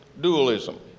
dualism